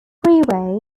freeway